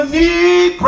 need